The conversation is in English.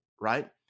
right